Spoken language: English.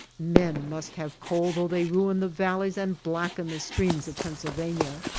men must have coal though they ruin the val leys and blacken the streams of pennsylvania,